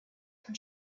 von